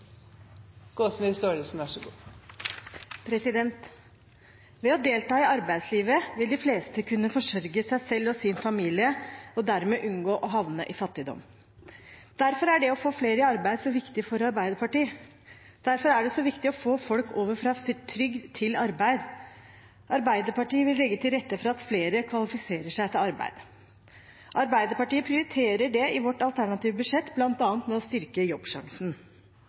Ved å delta i arbeidslivet vil de fleste kunne forsørge seg selv og sin familie og dermed unngå å havne i fattigdom. Derfor er det å få flere i arbeid så viktig for Arbeiderpartiet. Derfor er det så viktig å få folk over fra trygd til arbeid. Arbeiderpartiet vil legge til rette for at flere kvalifiserer seg til arbeid. Arbeiderpartiet prioriterer det i sitt alternative budsjett, bl.a. ved å styrke Jobbsjansen.